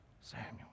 Samuel